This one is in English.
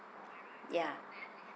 yeah